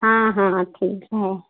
हाँ हाँ ठीक है